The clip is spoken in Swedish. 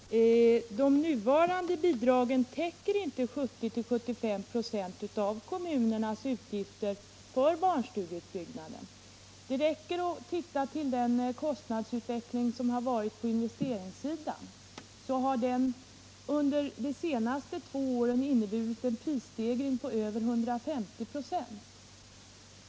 Herr talman! De nuvarande bidragen täcker inte 70-75 96 av kommunernas utgifter för barnstugeutbyggnaden. Det räcker med att titta på kostnadsutvecklingen på investeringssidan. Denna har under de senaste två åren inneburit en prisstegring på över 150 96.